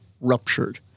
ruptured